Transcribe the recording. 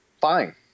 fine